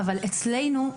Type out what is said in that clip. אצלנו,